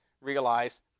realize